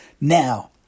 Now